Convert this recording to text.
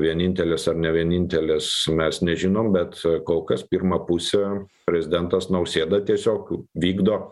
vienintelės ar ne vienintelės mes nežinom bet kol kas pirmą pusę prezidentas nausėda tiesiog vykdo